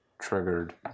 triggered